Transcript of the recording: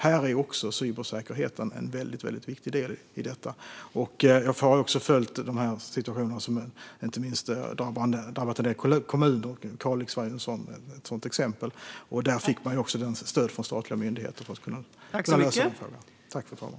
Här är cybersäkerheten en väldigt viktig del i detta. Jag har också följt situationerna som inte minst drabbat en del kommuner. Kalix var ett sådant exempel. Där fick man också stöd från statliga myndigheter för att hantera frågan.